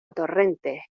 torrentes